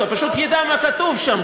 פשוט ידע מה כתוב שם,